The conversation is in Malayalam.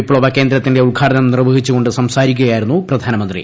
വിപ്ലവകേന്ദ്രത്തിന്റെ കൃഷ്ണാടനം നിർവ്വഹിച്ചു കൊണ്ട് സംസാരിക്കുകയായിരുന്നു പ്രധാനമന്ത്രി